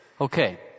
Okay